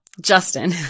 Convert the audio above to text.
Justin